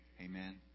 Amen